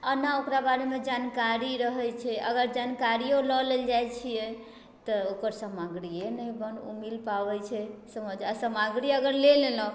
आ ना ओकरा बारेमे जानकारी रहै छै अगर जानकारियो लऽ लेल जाइ छिऐ तऽ ओकर सामग्रिये नहि मिल पाबै छै सामग्री अगर ले लेलहुँ तऽ